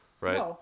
right